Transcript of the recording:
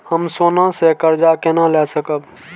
हम सोना से कर्जा केना लाय सकब?